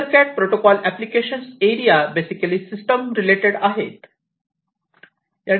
EtherCAT protocol applications area basically system related आहे